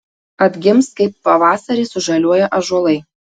atgims kaip pavasarį sužaliuoja ąžuolai